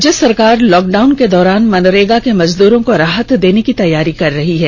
राज्य सरकार लॉकडाउन के दौरान मनरेगा के मजदूरों को राहत देने की तैयारी कर रही है